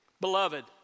Beloved